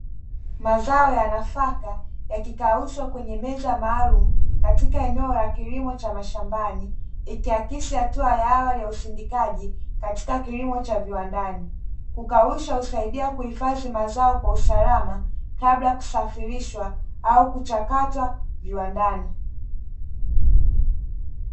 Mazao ya nafaka yakikaushwa kwenye meza maalum katika eneo la kilimo cha mashambani, ikiakisi hatua ya awali ya usindikaji katika kilimo cha viwandani. Kukausha husaidia kuhifadhi mazao kwa usalama kabla ya kusafirishwa au kuchakatwa viwandani.